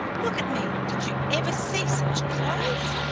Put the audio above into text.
look at me. did you ever see such clothes!